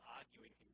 arguing